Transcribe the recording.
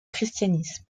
christianisme